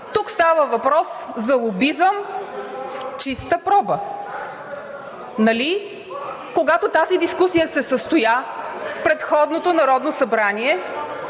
тук става въпрос за лобизъм в чиста проба. Когато тази дискусия се състоя в предходното Народното събрание,